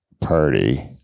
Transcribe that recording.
party